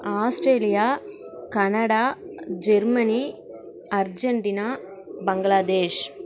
Australia Canada Germany Argentina Bangladesh